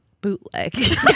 bootleg